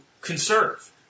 conserve